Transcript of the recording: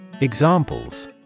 Examples